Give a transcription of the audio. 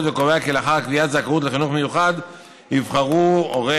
וקובע כי לאחר קביעת זכאות לחינוך מיוחד יבחרו הורי